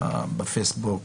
בפייסבוק,